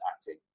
acting